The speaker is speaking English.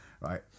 right